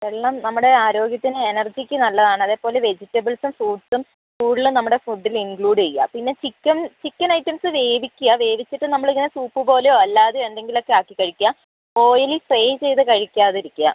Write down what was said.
വെള്ളം നമ്മടെ ആരോഗ്യത്തിന് എനർജിക്ക് നല്ലത് ആണ് അതേപോലെ വെജിറ്റബിൾസും ഫ്രൂട്ട്സും കൂടുതലും നമ്മടെ ഫുഡിൽ ഇൻക്ലൂഡ് ചെയ്യുക പിന്നെ ചിക്കൻ ചിക്കൻ ഐറ്റംസ് വേവിക്ക്യാ വേവിച്ചിട്ട് നമ്മൾ ഇങ്ങനെ സൂപ്പ് പോലെയോ അല്ലാതെയോ എന്തെങ്കിലും ഒക്കെ ആക്കി കഴിക്കുക ഓയിലി ഫ്രൈ ചെയ്ത് കഴിക്കാതിരിക്കുക